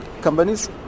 companies